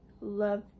love